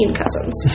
cousins